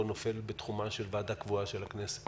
נופל בתחומה של ועדה קבועה של הכנסת,